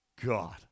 God